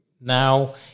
now